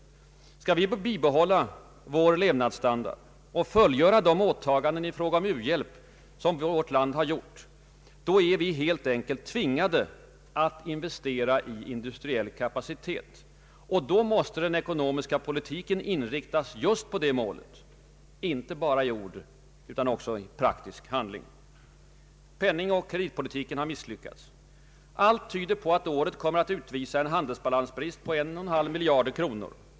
Skall vi kunna bibehålla vår levnadsstandard och fullgöra de åtaganden i fråga om u-hjälp som vårt land har gjort, är vi helt enkelt tvingade att investera i industriell kapacitet. Då måste den ekonomiska politiken inriktas just på detta mål — inte bara i ord utan också i praktisk handling. Penningoch kreditpolitiken har misslyckats. Allt tyder på att året kommer att utvisa en handelsbalansbrist på en och en halv miljard kronor.